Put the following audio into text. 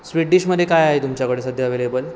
sweet डिशमध्ये काय आहे तुमच्याकडे सध्या अवेलेबल